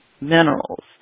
minerals